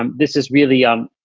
um this is really um